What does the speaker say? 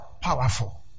powerful